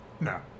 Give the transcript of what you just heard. No